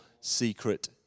secret